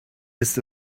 ist